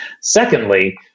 Secondly